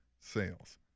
sales